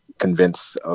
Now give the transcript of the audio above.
convince